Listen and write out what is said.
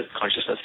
consciousness